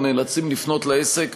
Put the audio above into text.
או נאלצים לפנות לעסק